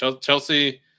Chelsea –